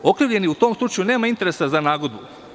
Okrivljeni u tom slučaju nema interesa za nagodbu.